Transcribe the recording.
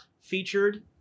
featured